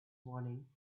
morning